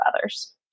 others